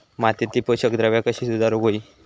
मातीयेतली पोषकद्रव्या कशी सुधारुक होई?